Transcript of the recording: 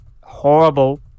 horrible